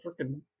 freaking